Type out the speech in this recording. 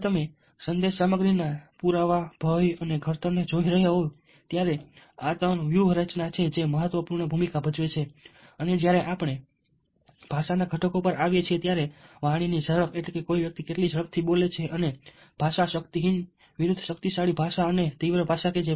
જ્યારે તમે સંદેશ સામગ્રીના જેમકે પુરાવા ભય અને ઘડતરને જોઈ રહ્યા હોવ ત્યારે આ ત્રણ વ્યૂહરચના છે જે મહત્વપૂર્ણ ભૂમિકા ભજવે છે અને જ્યારે આપણે ભાષાના ઘટકો પર આવીએ છીએ ત્યારે વાણીની ઝડપ એટલે કે કોઈ વ્યક્તિ કેટલી ઝડપથી બોલે છે અને ભાષા શક્તિહીન વિરુદ્ધ શક્તિશાળી ભાષા અને તીવ્ર ભાષા કે જે